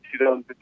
2015